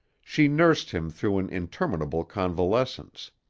she nursed him through an interminable convalescence.